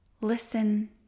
listen